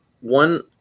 One